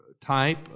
type